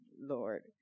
lord